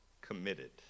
Committed